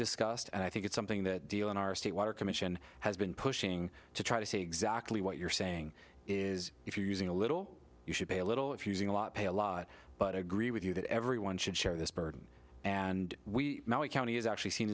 discussed and i think it's something that deal in our state water commission has been pushing to try to see exactly what you're saying is if you're using a little you should pay a little if using a lot pay a lot but agree with you that everyone should share this burden and he has actually seen